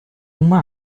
uma